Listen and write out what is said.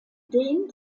dehnt